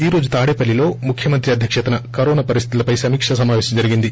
ఈ రోజు తాడేపల్లిలో ముఖ్యమంత్రి అధ్యక్షతన కరోనా పరిస్తులపై సమీకా సమాపేశం జరిగింది